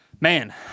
man